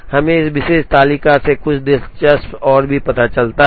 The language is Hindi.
हमें इस विशेष तालिका से कुछ दिलचस्प भी पता चलता है